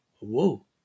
Whoa